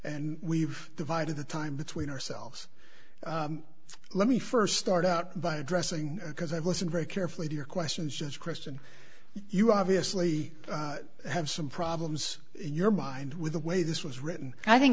and we've divided the time between ourselves let me first start out by addressing because i listened very carefully to your questions just christian you obviously have some problems in your mind with the way this was written and i think